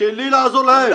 שלי לעזור להם.